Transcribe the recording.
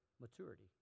maturity